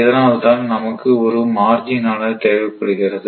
இதனால் தான் நமக்கு ஒரு மார்ஜின் ஆனது தேவைப்படுகிறது